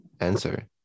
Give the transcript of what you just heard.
answer